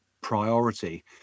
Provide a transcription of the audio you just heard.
priority